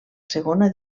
segona